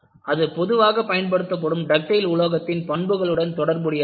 அது பொதுவாக பயன்படுத்தப்படும் டக்டைல் உலோகத்தின் பண்புகளுடன் தொடர்புடையது அல்ல